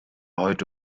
heute